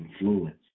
influence